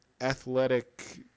athletic